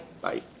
Bye